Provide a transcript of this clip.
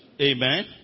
Amen